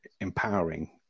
empowering